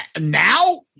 Now